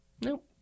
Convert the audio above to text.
Nope